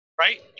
Right